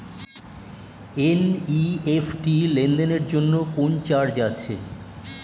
NEFT লেনদেনের জন্য কোন চার্জ আছে?